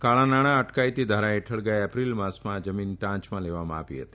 કાળાનાણાં અટકાયતી ધારા હેઠળ ગયા એપ્રિલ માસમાં આ જમીન ટાંચમાં લેવામાં આવી હતી